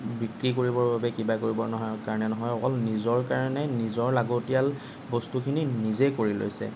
বিক্ৰী কৰিবৰ বাবে কিবা কৰিবৰ নহয় কাৰণে নহয় অকল নিজৰ কাৰণে নিজৰ লাগতিয়াল বস্তুখিনি নিজেই কৰি লৈছে